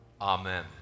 Amen